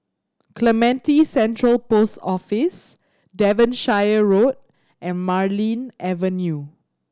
Clementi Central Post Office Devonshire Road and Marlene Avenue